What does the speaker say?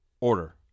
order